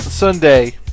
Sunday